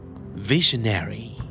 Visionary